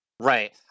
Right